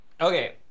Okay